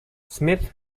smith